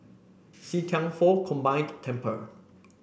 See Thian Foh Combined Temple